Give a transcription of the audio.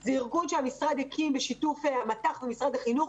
זה ארגון שהמשרד הקים בשיתוף מט"ח ומשרד החינוך.